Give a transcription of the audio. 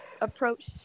approach